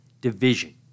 division